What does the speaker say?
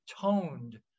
toned